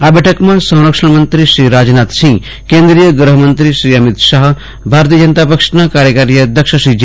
આ બેઠકમાં સંરક્ષણમંત્રી શ્રી રાજનાથસિંહ કેન્દ્રીય ગૃહમંત્રી શ્રી અમિત શાફ ભાજપના કાર્યકારી અધ્યક્ષ શ્રી જે